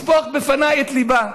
לשפוך לפניי את ליבה.